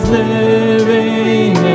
living